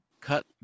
Cut